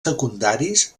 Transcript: secundaris